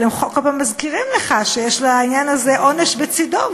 אבל הם כל פעם מזכירים לך שיש לעניין הזה עונש בצדו,